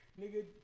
nigga